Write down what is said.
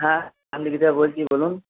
হ্যাঁ আমি হৃদয় বলছি বলুন